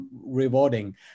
rewarding